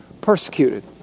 persecuted